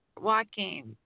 walking